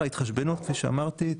כפי שאמרתי,